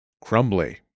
crumbly